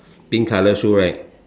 pink colour shoe right